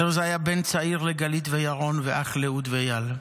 ארז היה בן צעיר לגלית וירון ואח לאהוד ואייל.